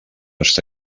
està